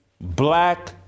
black